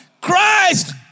Christ